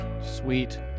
Sweet